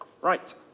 right